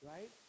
Right